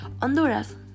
Honduras